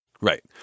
Right